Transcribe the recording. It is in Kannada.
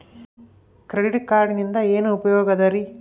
ಕ್ರೆಡಿಟ್ ಕಾರ್ಡಿನಿಂದ ಏನು ಉಪಯೋಗದರಿ?